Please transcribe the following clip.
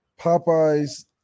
Popeyes